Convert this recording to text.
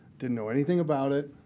didn't know anything about it.